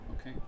Okay